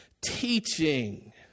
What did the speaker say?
teaching